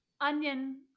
onion